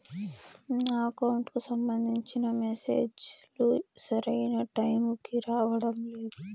నా అకౌంట్ కు సంబంధించిన మెసేజ్ లు సరైన టైము కి రావడం లేదు